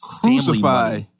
crucify